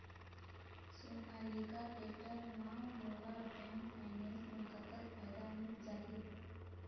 Sonalika tractor म मोला bank finance म कतक फायदा मिल जाही?